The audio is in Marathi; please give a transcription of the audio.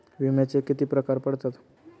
विम्याचे किती प्रकार पडतात?